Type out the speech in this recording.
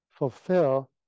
fulfill